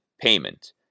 payment